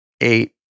eight